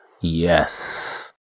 yes